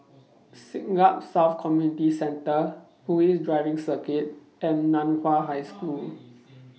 Siglap South Community Centre Police Driving Circuit and NAN Hua High School